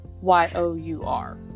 Y-O-U-R